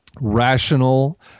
rational